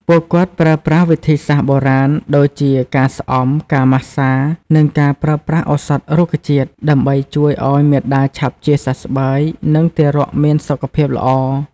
ពួកគាត់ប្រើប្រាស់វិធីសាស្រ្តបុរាណ ដូចជាការស្អំ ការម៉ាស្សា និងការប្រើប្រាស់ឱសថរុក្ខជាតិ ដើម្បីជួយឲ្យមាតាឆាប់ជាសះស្បើយ និងទារកមានសុខភាពល្អ។